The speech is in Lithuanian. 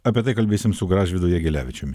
apie tai kalbėsim su gražvydu jegelevičiumi